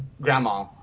grandma